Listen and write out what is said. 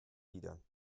liedern